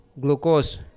glucose